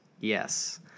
Yes